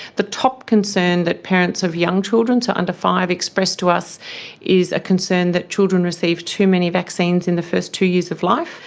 the top concern that parents of young children, so under five, expressed to us is a concern that children receive too many vaccines in the first two years of life.